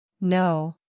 No